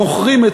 מוכרים את